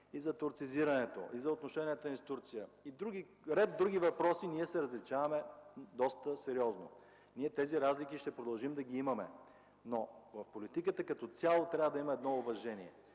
и за турцизирането, и за отношенията ни с Турция, и по ред други въпроси ние се различаваме доста сериозно. Ние тези разлики ще продължим да ги имаме. Но в политиката като цяло трябва да има едно уважение.